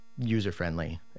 user-friendly